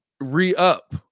re-up